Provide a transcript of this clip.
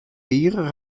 year